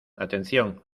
atención